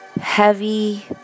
heavy